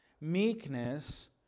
meekness